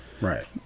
right